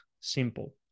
simple